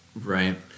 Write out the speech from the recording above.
right